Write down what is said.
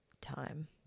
time